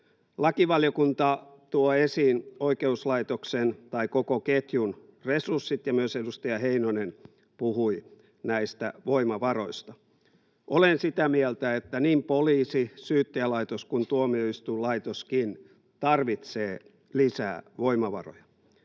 Lakivaliokunta tuo esiin koko ketjun resurssit, ja myös edustaja Heinonen puhui näistä voimavaroista. Olen sitä mieltä, että niin poliisi, syyttäjälaitos kuin tuomioistuinlaitoskin tarvitsevat lisää voimavaroja.